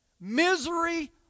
Misery